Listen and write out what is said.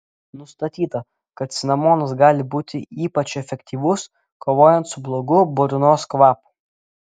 nustatyta kad cinamonas gali būti ypač efektyvus kovojant su blogu burnos kvapu